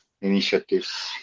initiatives